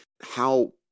how-